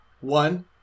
One